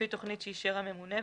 לפי תוכנית שאישר הממונה,